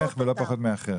לא פחות ממך ולא פחות מאחרים.